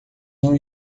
não